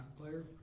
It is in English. player